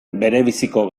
berebiziko